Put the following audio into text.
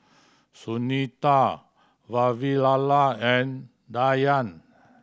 Sunita Vavilala and Dhyan